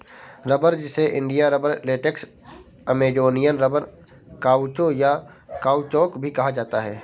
रबड़, जिसे India rubber, latex, Amazonian rubber, काउचो, या काउचौक भी कहा जाता है